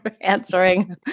answering